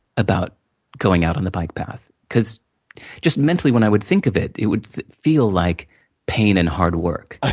about going out on the bike path. because just mentally, when i would think of it, it would feel like pain and hard work.